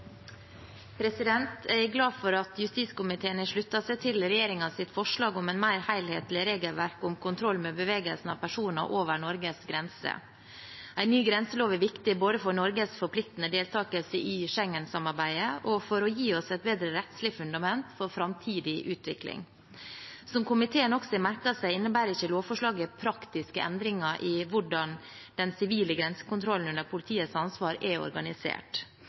glad for at justiskomiteen har sluttet seg til regjeringens forslag om et mer helhetlig regelverk om kontroll med bevegelsen av personer over Norges grenser. En ny grenselov er viktig både for Norges forpliktende deltakelse i Schengen-samarbeidet og for å gi oss et bedre rettslig fundament for framtidig utvikling. Som komiteen også har merket seg, innebærer ikke lovforslaget praktiske endringer i hvordan den sivile grensekontrollen under politiets ansvar er organisert.